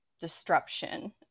disruption